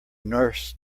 nurse